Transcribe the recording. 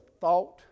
thought